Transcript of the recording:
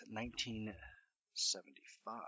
1975